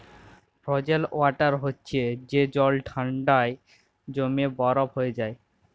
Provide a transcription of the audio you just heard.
frozen water হছে যে জল ঠাল্ডায় জইমে বরফ হঁয়ে যায়